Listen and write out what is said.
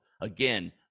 again